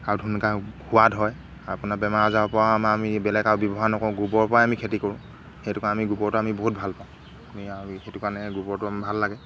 আৰু ধুনকায় সোৱাদ হয় আপোনাৰ বেমাৰ আজাৰৰপৰাও আমাৰ আমি বেলেগ আৰু ব্যৱহাৰ নকৰোঁ গোবৰৰপৰাই আমি খেতি কৰোঁ সেইটো কাৰণে আমি গোবৰটো আমি বহুত ভাল পাওঁ আমি আৰু সেইটো কাৰণে গোবৰটো আমাৰ ভাল লাগে